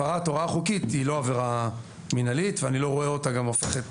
הפרת הוראה חוקית היא לא עבירה מינהלית ואני גם לא רואה אותה הופכת